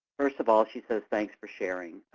first of all, she says thanks for sharing.